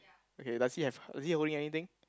okay does he have is he holding anything